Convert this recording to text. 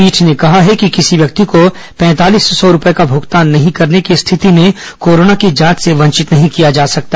पीठ ने कहा कि किसी व्यक्ति को पैंतालीस सौ रुपये का भुगतान न करने की स्थिति में कोरोना की जांच से वंचित नहीं किया जा सकता